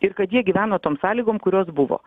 ir kad jie gyvena tom sąlygom kurios buvo